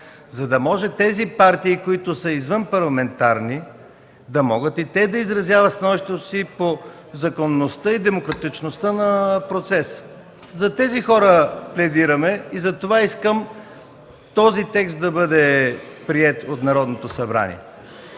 за да може тези партии, които са извънпарламентарни, да могат и те да изразяват становището си по законността и демократичността на процеса. За тези хора пледираме и затова искам този текст да бъде приет от Народното събрание.